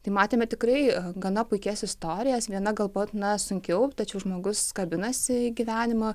tai matėme tikrai gana puikias istorijas viena galbūt na sunkiau tačiau žmogus kabinasi gyvenimą